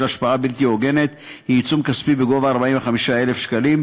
השפעה בלתי הוגנת היא עיצום כספי בגובה 45,000 שקלים,